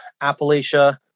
Appalachia